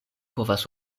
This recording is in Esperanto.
povas